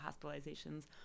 hospitalizations